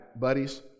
buddies